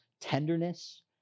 tenderness